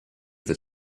that